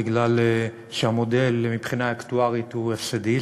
בגלל שמבחינה אקטוארית המודל הוא הפסדי,